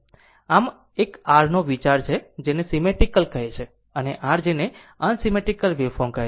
આમ આ આ એક r નો વિચાર છે જેને સીમેટ્રીકલ કહે છે અને r જેને અનસીમેટ્રીકલ વેવફોર્મ કહે છે